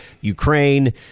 Ukraine